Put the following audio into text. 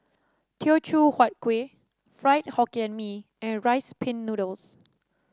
Teochew Huat Kuih Fried Hokkien Mee and Rice Pin Noodles